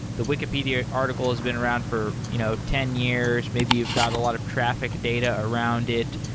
the wikipedia article has been around for you know ten years. maybe you've got a lot of traffic data around it.